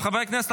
חברי הכנסת,